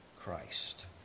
Christ